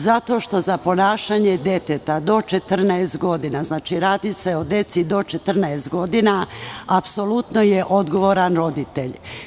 Zato što za ponašanje deteta do 14 godina, znači radi se o deci do 14 godina, apsolutno je odgovoran roditelj.